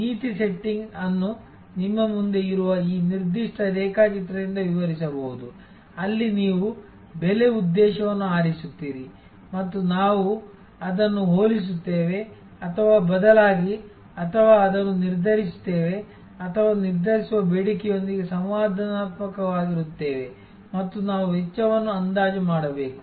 ನೀತಿ ವ್ಯವಸ್ಥೆ ಅನ್ನು ನಿಮ್ಮ ಮುಂದೆ ಇರುವ ಈ ನಿರ್ದಿಷ್ಟ ರೇಖಾಚಿತ್ರದಿಂದ ವಿವರಿಸಬಹುದು ಅಲ್ಲಿ ನೀವು ಬೆಲೆ ಉದ್ದೇಶವನ್ನು ಆರಿಸುತ್ತೀರಿ ಮತ್ತು ನಾವು ಅದನ್ನು ಹೋಲಿಸುತ್ತೇವೆ ಅಥವಾ ಬದಲಾಗಿ ಅಥವಾ ಅದನ್ನು ನಿರ್ಧರಿಸುತ್ತೇವೆ ಅಥವಾ ನಿರ್ಧರಿಸುವ ಬೇಡಿಕೆಯೊಂದಿಗೆ ಸಂವಾದಾತ್ಮಕವಾಗಿರುತ್ತೇವೆ ಮತ್ತು ನಾವು ವೆಚ್ಚವನ್ನು ಅಂದಾಜು ಮಾಡಬೇಕು